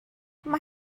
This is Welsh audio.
mae